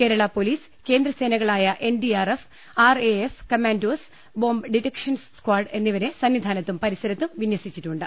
Kerala police കേന്ദ്രസേനകളായ NDRF RAF commandos bomb detection squad എന്നിവരെ സന്നിധാ നത്തും പരിസരത്തും വിന്യസിച്ചിട്ടുണ്ട്